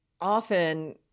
often